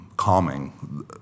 calming